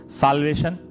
salvation